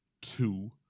Two